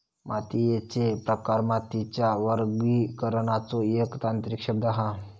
मातीयेचे प्रकार मातीच्या वर्गीकरणाचो एक तांत्रिक शब्द हा